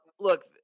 Look